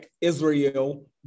Israel